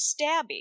Stabby